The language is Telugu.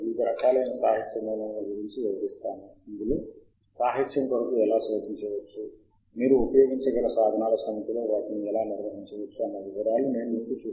కాబట్టి మనము సాహిత్య శోధనను ప్రారంభించడానికి ముందు ఈ సాధనాల కై మనకు సభ్యత్వం ఉందా అని గ్రంధాలయ అధికారిని అడిగి తెలుసుకోవడం చాలా ముఖ్యం